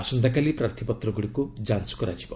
ଆସନ୍ତାକାଲି ପ୍ରାର୍ଥୀପତ୍ର ଗୁଡ଼ିକୁ ଯାଞ୍ଚ କରାଯିବ